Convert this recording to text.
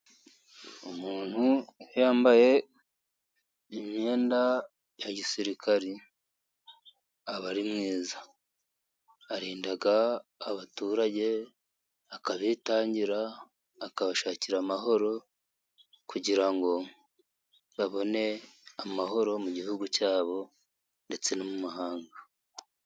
Umuntu wambaye imyenda ya gisirikari aba ari mwiza, arinda abaturage, akabitangira akabashakira amahoro kugira ngo babone amahoro mu gihugu cyabo ndetse no mu mahanga.